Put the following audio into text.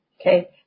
Okay